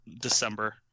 December